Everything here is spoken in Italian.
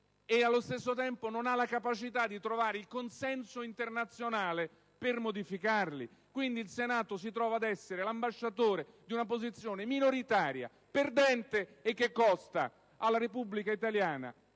e, allo stesso tempo, non ha la capacità di trovare il consenso internazionale per modificarli. Il Senato, quindi, si trova ad essere l'ambasciatore di una posizione minoritaria perdente, che costa alla Repubblica italiana